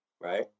right